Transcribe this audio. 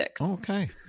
okay